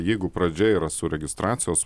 jeigu pradžia yra su registracijos